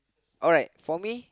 alright for me